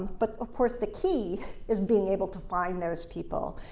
but, of course, the key is being able to find those people.